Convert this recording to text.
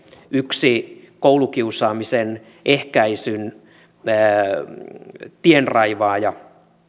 yksi koulukiusaamisen ehkäisyn tienraivaaja